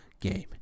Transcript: game